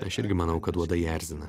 aš irgi manau kad uodai erzina